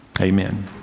amen